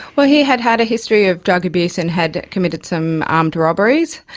well, he had had a history of drug abuse and had committed some armed robberies,